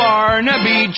Barnaby